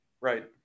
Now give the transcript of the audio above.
Right